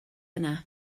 yna